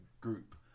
group